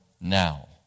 now